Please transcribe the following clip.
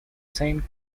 same